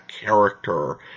character